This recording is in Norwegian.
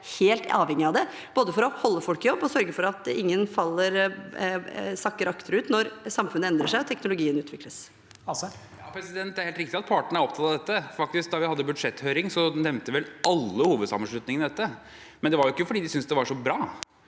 helt avhengige av det, både for å holde folk i jobb og for å sørge for at ingen sakker akterut når samfunnet endrer seg og teknologien utvikles. Henrik Asheim (H) Det er helt riktig at partene er opptatt av dette. Da vi hadde budsjetthøring, nevnte vel alle hovedsammenslutningene dette, men det var ikke fordi de syntes det var så bra,